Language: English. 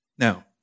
Now